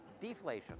deflation